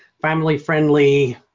family-friendly